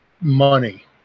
Money